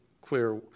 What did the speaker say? clear